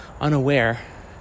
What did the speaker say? unaware